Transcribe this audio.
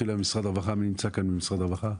מי נמצא כאן ממשרד הרווחה?